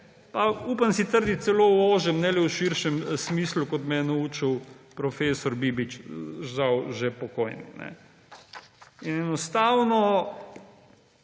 upam si trditi, celo v ožjem, ne le v širšem smislu, kot me je naučil profesor Bibič, žal že pokojni. Enostavno